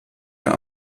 der